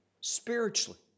spiritually